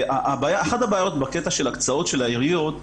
אחת הבעיות בהקצאות של העיריות היא